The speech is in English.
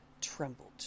trembled